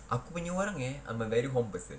aku punya orang eh I'm a very home person